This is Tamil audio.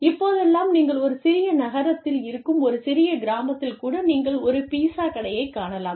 இப்போதெல்லாம் நீங்கள் ஒரு சிறிய நகரத்தில் இருக்கும் ஒரு சிறிய கிராமத்தில் கூட நீங்கள் ஒரு பீஸா கடையை காணலாம்